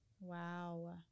Wow